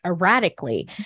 erratically